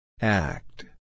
Act